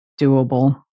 doable